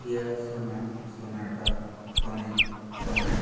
किया सोना सोनाटा सोने सोनाट